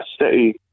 city